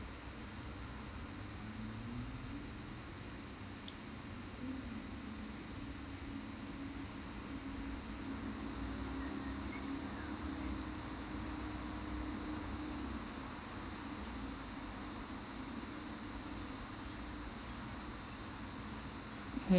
mmhmm